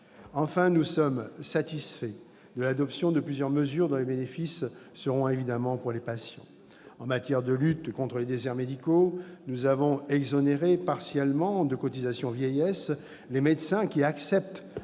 etc. Nous sommes satisfaits de l'adoption de plusieurs mesures dont les bénéfices seront pour les patients. En matière de lutte contre les déserts médicaux, nous avons exonéré partiellement de cotisations vieillesse les médecins acceptant